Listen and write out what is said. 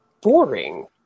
boring